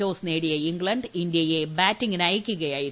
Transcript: toss നേടിയ England ഇന്ത്യയെ ബാറ്റിംഗിനയക്കുകയായിരുന്നു